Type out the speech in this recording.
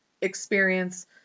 experience